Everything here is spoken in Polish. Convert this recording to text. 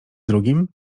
drugim